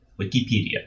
Wikipedia